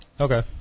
okay